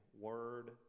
Word